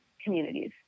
communities